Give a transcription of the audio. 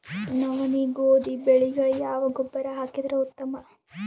ನವನಿ, ಗೋಧಿ ಬೆಳಿಗ ಯಾವ ಗೊಬ್ಬರ ಹಾಕಿದರ ಉತ್ತಮ?